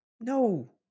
No